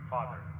Father